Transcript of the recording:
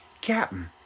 Captain